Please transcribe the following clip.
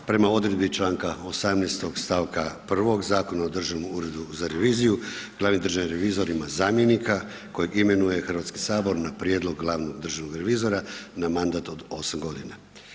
Prema odredbi članka 18. stavka 1. Zakona o Državnom uredu za reviziju glavni državni revizor ima zamjenika kojeg imenuje Hrvatski sabor na prijedlog glavnog državnog revizora na mandat 8 godina.